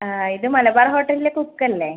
ആ ഇത് മലബാർ ഹോട്ടലിലെ കുക്കല്ലേ